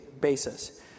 basis